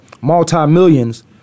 multi-millions